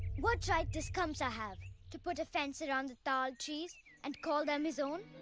what right does kamsa have to put a fence around the tal trees and call them his own?